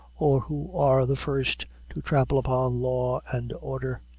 or who are the first to trample upon law and order.